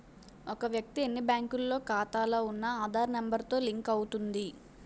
ఒక వ్యక్తి ఎన్ని బ్యాంకుల్లో ఖాతాలో ఉన్న ఆధార్ నెంబర్ తో లింక్ అవుతుంది